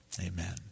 Amen